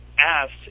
asked